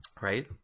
Right